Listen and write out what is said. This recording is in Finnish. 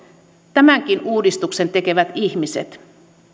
tämänkin uudistuksen tekevät ihmiset